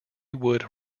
wood